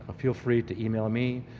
ah feel free to email me.